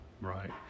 right